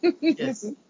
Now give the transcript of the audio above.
Yes